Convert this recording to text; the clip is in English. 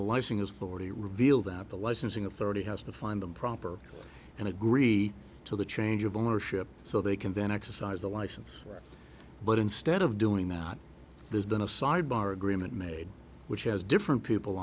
the lighting as forty reveal that the licensing authority has to find the proper and agree to the change of ownership so they can then exercise the license right but instead of doing that there's been a side bar agreement made which has different people